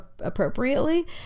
Appropriately